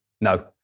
No